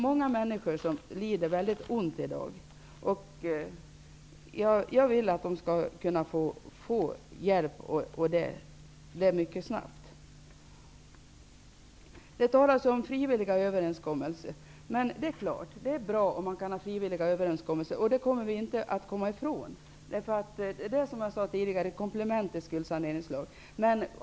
Många människor lider mycket ont i dag. Jag vill att de skall kunna få hjälp snabbt. Det talas om frivilliga överenskommelser. Det är bra om man kan göra frivilliga överenskommelser. Det kommer vi inte att komma ifrån. Som jag sade tidigare behövs det komplement till en skuldsaneringslag.